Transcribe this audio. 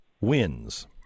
wins